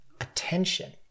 attention